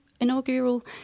Inaugural